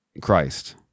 Christ